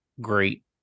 Great